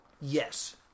Yes